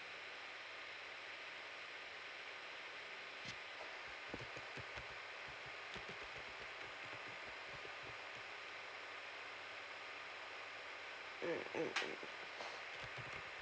mm mm mm